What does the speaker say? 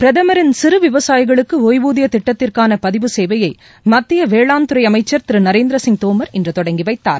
பிரதமரின் சிறு விவசாயிகளுக்கு ஒய்வூதிய திட்டத்திற்கான பதிவு சேவையை மத்திய வேளாண் துறை அமைச்சர் திரு நரேந்திர சிங் தோமர் இன்று தொடங்கி வைத்தார்